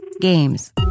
games